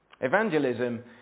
Evangelism